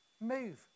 move